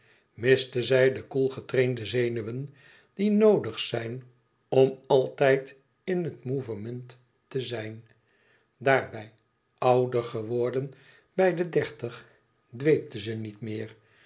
zij de koel getrainde zenuwen die noodig zijn om altijd in het mouvement te zijn daarbij ouder geworden bij de dertig dweepte ze niet meer